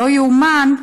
לא ייאמן,